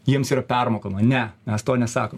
jiems yra permokama ne mes to nesako